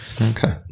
Okay